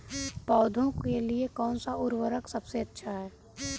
पौधों के लिए कौन सा उर्वरक सबसे अच्छा है?